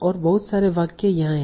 और बहुत सारे वाक्य यहाँ हैं